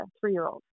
three-year-old